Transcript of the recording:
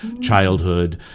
childhood